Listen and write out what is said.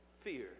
Fear